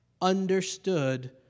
understood